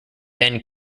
then